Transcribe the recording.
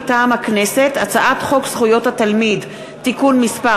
מטעם הכנסת: הצעת חוק זכויות התלמיד (תיקון מס'